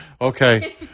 Okay